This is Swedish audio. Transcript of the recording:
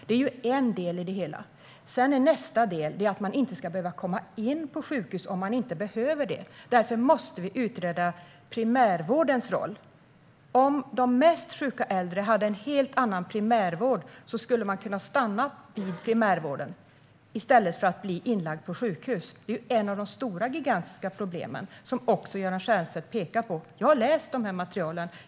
Det är en del i det hela. Nästa del är att man inte ska behöva komma in på sjukhus om man inte behöver det. Därför måste vi utreda primärvårdens roll. Om de mest sjuka äldre fick en helt annan primärvård skulle de kunna stanna i primärvården i stället för att bli inlagda på sjukhus. Det är ett av de gigantiska problemen, som Göran Stiernstedt också pekar på. Jag har läst de här materialen.